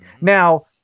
Now